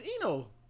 Eno